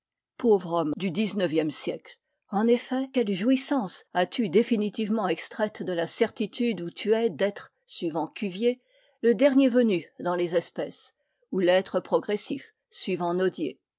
pauvre homme du xix siècle en effet quelles jouissances as-tu définitivement extraites de la certitude où tu es d'être suivant cuvier le dernier venu dans les espèces ou têtre progressif suivant